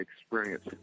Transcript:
experience